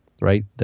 right